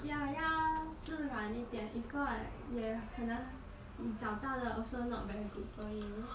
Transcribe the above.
ya 要自然一点 if not 也可能你找到的 also not very good for you